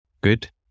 Good